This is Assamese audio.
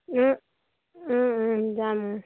যাম